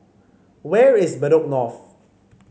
where is Bedok North